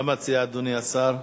מה מציע אדוני השר?